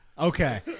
Okay